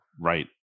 right